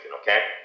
okay